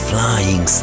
Flying